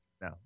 No